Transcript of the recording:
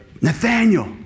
Nathaniel